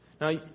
Now